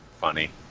funny